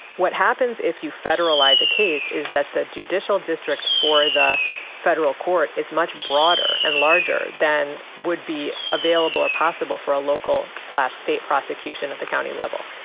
what happens if you federalize a case is that the judicial district for the federal court is much broader and larger than would be available or possible for a local state prosecution at the county level.